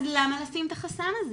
אז למה לשים את החסם הזה?